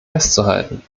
festzuhalten